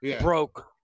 broke